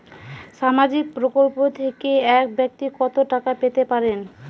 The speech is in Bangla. সামাজিক প্রকল্প থেকে এক ব্যাক্তি কত টাকা পেতে পারেন?